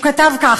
הוא כתב כך: